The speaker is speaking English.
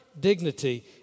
dignity